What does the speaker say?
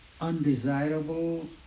undesirable